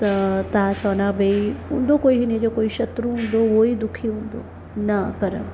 त तव्हां चवंदा भई हूंदो कोई हिन जो कोई शत्रू हूंदो उहो ई दुखी हूंदो न पर